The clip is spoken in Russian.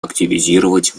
активизировать